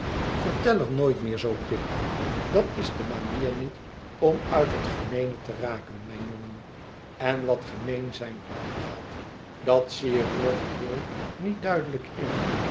er nooit meer zoo pip dat is de manier niet om uit het gemeene te raken mijn jongen en wat gemeen zijn aangaat dat zie ik nog geheel niet duidelijk in